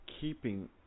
keeping